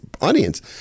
audience